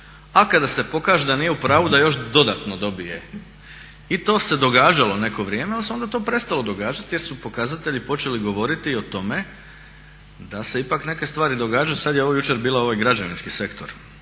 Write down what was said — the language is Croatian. a kada se pokaže da nije u pravu da još dodatno dobije. I to se događalo neko vrijeme ali se to onda prestalo događati jer su pokazatelji počeli govoriti o tome da se ipak neke stvari događaju. Sada je ovo jučer ovo je građevinski sektor,